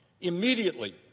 immediately